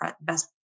best